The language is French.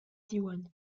diwan